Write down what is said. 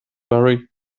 worry